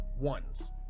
ones